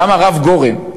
גם הרב גורן,